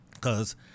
cause